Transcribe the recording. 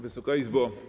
Wysoka Izbo!